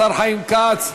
השר חיים כץ,